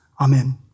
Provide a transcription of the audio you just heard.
Amen